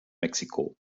mexiko